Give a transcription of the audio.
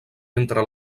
entre